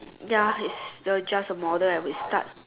ya it's the just the model and we start